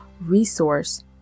resource